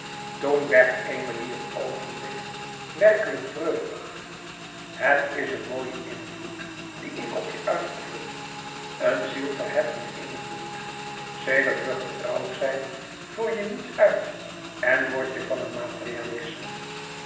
toen werd emilie een oogenblik werkelijk treurig het is een mooie invloed dien ik op je uitoefen een zielverheffende invloed sedert we getrouwd zijn voer je niets uit en wordt je van een materialisme